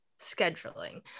scheduling